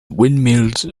windmills